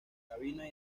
cabina